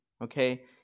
okay